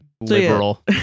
Liberal